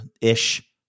ish